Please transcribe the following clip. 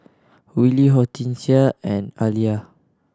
Willie Hortencia and Aaliyah